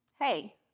hey